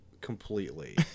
completely